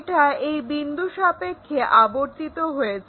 এটা এই বিন্দু সাপেক্ষে আবর্তিত হয়েছে